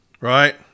right